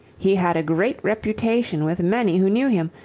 he had a great reputation with many who knew him,